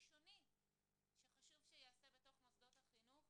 והראשוני שחשוב שייעשה בתוך מוסדות החינוך,